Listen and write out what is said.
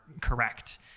correct